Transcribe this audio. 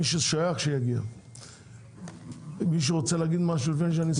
מישהו רוצה להגיד משהו לפני שאני סוגר את הישיבה?